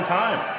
time